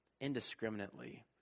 indiscriminately